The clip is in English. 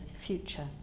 future